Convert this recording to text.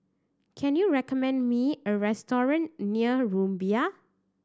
can you recommend me a restaurant near Rumbia